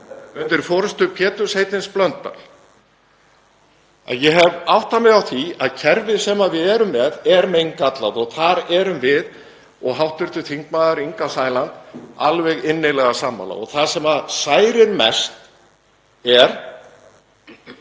undir forystu Péturs heitins Blöndals, að ég hef áttað mig á því að kerfið sem við erum með er meingallað og þar erum við hv. þm. Inga Sæland alveg innilega sammála. Það sem særir mest er